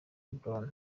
brown